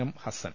M Hassan